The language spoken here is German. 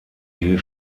die